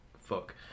fuck